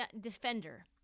defender